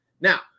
Now